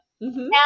Now